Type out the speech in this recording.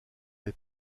les